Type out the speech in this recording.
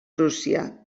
rússia